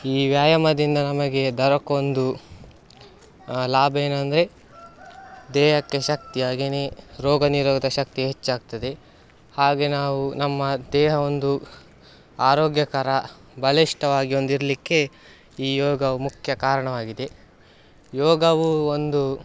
ಈ ವ್ಯಾಯಾಮದಿಂದ ನಮಗೆ ದೊರಕೋ ಒಂದು ಲಾಭವೇನಂದ್ರೆ ದೇಹಕ್ಕೆ ಶಕ್ತಿ ಹಾಗೇಯೇ ರೋಗ ನಿರೋಧ ಶಕ್ತಿ ಹೆಚ್ಚಾಗ್ತದೆ ಹಾಗೆ ನಾವು ನಮ್ಮ ದೇಹ ಒಂದು ಆರೋಗ್ಯಕರ ಬಲಿಷ್ಠವಾಗಿ ಒಂದು ಇರಲಿಕ್ಕೆ ಈ ಯೋಗವು ಮುಖ್ಯ ಕಾರಣವಾಗಿದೆ ಯೋಗವು ಒಂದು